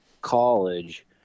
college